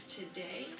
today